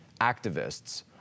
activists